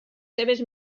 seves